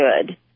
good